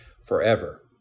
forever